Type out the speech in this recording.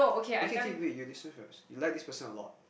okay okay wait you listen first you like this person a lot